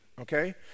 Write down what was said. Okay